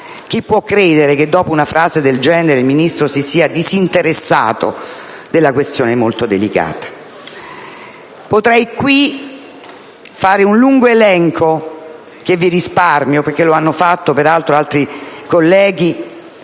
Chi può credere che, dopo una frase del genere, il Ministro si sia disinteressato della questione molto delicata? Potrei qui fare un lungo elenco, che vi risparmio, essendo stato peraltro già fatto da altri colleghi,